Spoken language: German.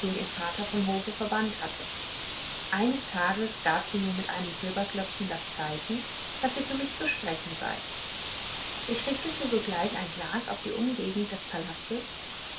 den ihr vater vom hofe verbannt hatte eines tages gab sie mir mit einem silberglöckchen das zeichen daß sie für mich zu sprechen sei ich richtete sogleich ein glas auf die umgegend des palastes